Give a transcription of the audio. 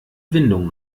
windung